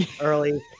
early